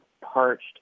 parched